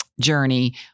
journey